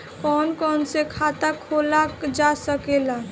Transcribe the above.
कौन कौन से खाता खोला जा सके ला?